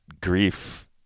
grief